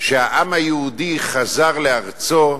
שהעם היהודי חזר לארצו,